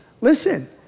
Listen